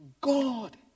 God